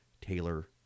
Taylor